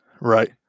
right